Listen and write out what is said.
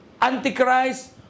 anti-Christ